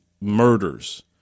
murders